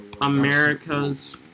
America's